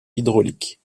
hydrauliques